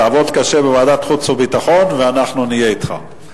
תעבוד קשה בוועדת החוץ והביטחון ואנחנו נהיה אתך.